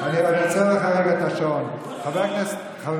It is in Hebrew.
אני חושב